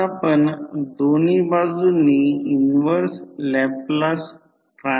आता transformer rating एकतर V1 I1 किंवा V2 I2 आहे जेव्हा I2 full load secondary current आहे असे म्हणा